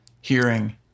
hearing